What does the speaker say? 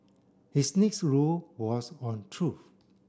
his next rule was on truth